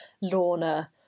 Lorna